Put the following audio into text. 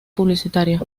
publicitarios